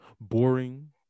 boring